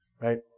Right